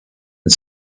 and